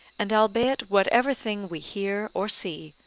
and albeit whatever thing we hear or see,